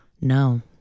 No